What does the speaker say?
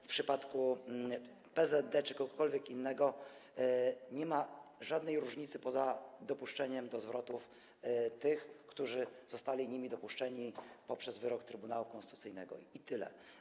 W przypadku PZD czy kogokolwiek innego nie ma żadnej różnicy poza dopuszczeniem do zwrotów tych, którzy zostali dopuszczeni poprzez wyrok Trybunału Konstytucyjnego, i tyle.